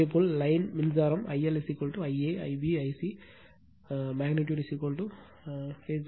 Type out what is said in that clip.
இதேபோல் லைன் மின்சாரம் I L I a I b I c magnitude phase current